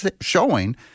showing